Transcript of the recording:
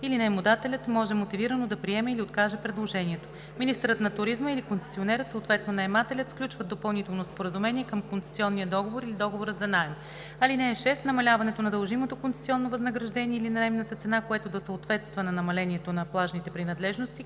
или наемодателят може мотивирано да приеме или откаже предложението. Министърът на туризма и концесионерът, съответно наемателят сключват допълнително споразумение към концесионния договор или договора за наем. (6) Намаляването на дължимото концесионно възнаграждение или на наемната цена, което да съответства на намалението на плажните принадлежности,